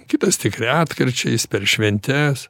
kitas tik retkarčiais per šventes